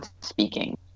speaking